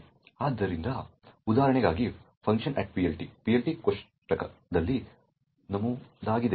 ಆದ್ದರಿಂದ ಉದಾಹರಣೆಗಾಗಿ funcPLT PLT ಕೋಷ್ಟಕದಲ್ಲಿ ನಮೂದಾಗಿದೆ